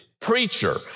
preacher